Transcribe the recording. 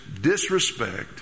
disrespect